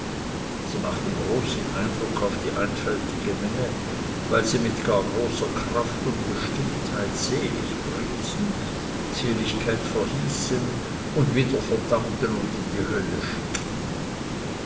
sie machten großen eindruck auf die einfältige menge weil sie mit gar großer kraft und bestimmtheit selig priesen seligkeit verhießen und wieder verdammten und in die hölle schickten